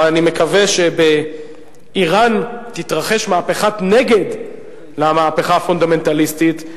אבל אני מקווה שבאירן תתרחש מהפכת נגד למהפכה הפונדמנטליסטית,